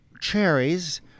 cherries